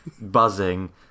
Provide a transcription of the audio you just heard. buzzing